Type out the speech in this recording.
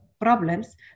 problems